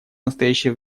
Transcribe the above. настоящее